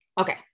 Okay